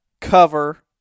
cover